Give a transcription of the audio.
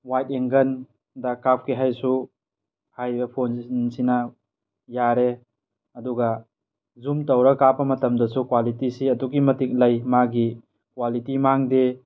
ꯋꯥꯏꯗ ꯑꯦꯡꯒꯜꯗ ꯀꯥꯞꯀꯦ ꯍꯥꯏꯔꯁꯨ ꯍꯥꯏꯔꯤꯕ ꯐꯣꯟ ꯑꯁꯤꯅ ꯌꯥꯔꯦ ꯑꯗꯨꯒ ꯖꯨꯝ ꯇꯧꯔꯒ ꯀꯥꯞꯄ ꯃꯇꯝꯗꯁꯨ ꯀ꯭ꯋꯥꯂꯤꯇꯤꯁꯦ ꯑꯗꯨꯛꯀꯤ ꯃꯇꯤꯛ ꯂꯩ ꯃꯥꯒꯤ ꯀ꯭ꯋꯥꯂꯤꯇꯤ ꯃꯥꯡꯗꯦ